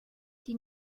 die